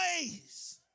ways